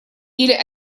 или